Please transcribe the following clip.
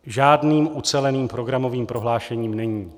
Žádným uceleným programovým prohlášením není.